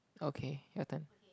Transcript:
okay your turn